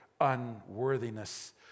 unworthiness